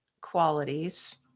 qualities